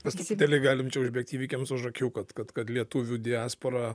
mes truputėlį galim čia užbėgt įvykiams už akių kad kad kad lietuvių diaspora